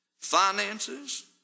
finances